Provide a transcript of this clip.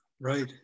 Right